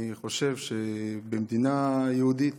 אני חושב שבמדינה יהודית